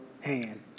hand